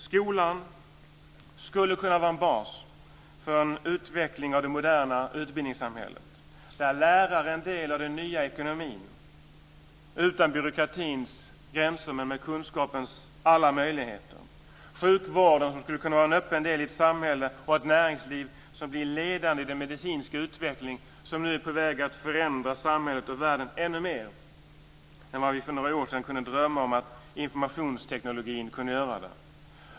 Skolan skulle kunna vara en bas för en utveckling av det moderna utbildningssamhället, dvs. läraren är en del av den nya ekonomin utan byråkratins gränser men med kunskapens alla möjligheter. Sjukvården skulle kunna vara en öppen del i ett samhälle med ett näringsliv som blir ledande i den medicinska utvecklingen, som är på väg att förändra samhället och världen ännu mer än vad vi för några år sedan kunna drömma om att informationstekniken kunde göra.